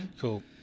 Cool